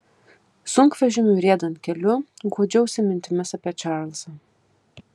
sunkvežimiui riedant keliu guodžiausi mintimis apie čarlzą